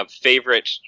favorite